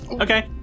Okay